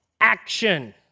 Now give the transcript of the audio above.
action